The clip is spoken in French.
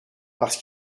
parce